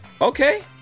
okay